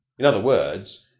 in other words,